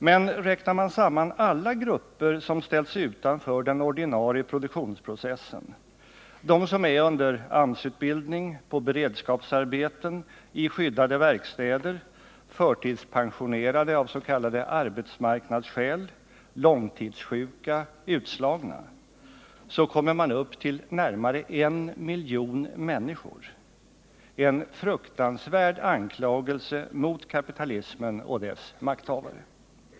Men räknar man samman alla grupper som ställts utanför den ordinarie produktionsprocessen — de som är under AMS-utbildning, på beredskapsarbeten, i skyddade verkstäder, förtidspensionerade av s.k. arbetsmarknadsskäl, långtidssjuka, utslagna — så kommer man upp till närmare en miljon människor, en fruktansvärd anklagelse mot kapitalismen och dess makthavare.